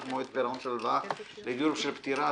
(דחיית מועדי פירעון של הלוואה לדיור בשל פטירה),